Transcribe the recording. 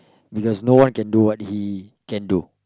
because no one can do what he can do